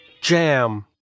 jam